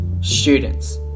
students